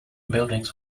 buildings